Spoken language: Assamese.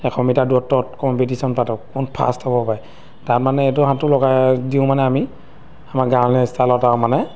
এশ মিটাৰ দূৰত্বত কম্পিটিশ্যন পাতোঁ কোন ফাৰ্ষ্ট হ'ব পাৰে তাত মানে এইটো সাঁতোৰ লগাই দিওঁ মানে আমি আমাৰ গাঁৱলীয়া ষ্টাইলত আৰু মানে